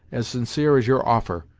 as sincere as your offer.